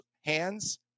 hands